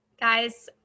guys